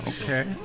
Okay